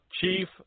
chief